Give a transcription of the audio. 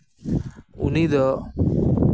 ᱩᱱᱤ ᱫᱚ